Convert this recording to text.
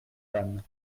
femmes